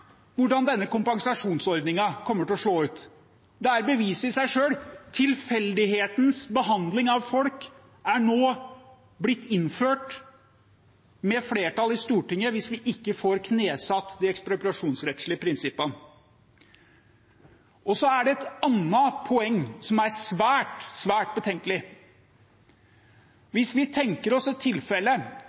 hvordan denne kompensasjonsordningen kommer til å slå ut. Det er bevis i seg selv. Tilfeldig behandling av folk blir nå innført med flertall i Stortinget – hvis vi ikke får knesatt de ekspropriasjonsrettslige prinsippene. Så er det et annet poeng som er svært, svært betenkelig. Hvis vi tenker oss et tilfelle